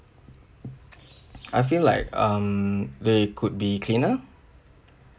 I feel like um they could be cleaner